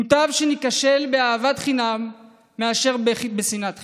מוטב שניכשל באהבת חינם מאשר בשנאת חינם.